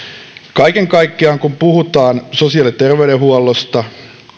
kaiken kaikkiaan kun puhutaan sosiaali ja terveydenhuollosta